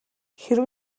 хэрэв